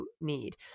need